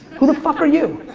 who the fuck are you?